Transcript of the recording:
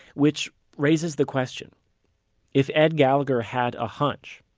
which raises the question if ed gallagher had a hunch,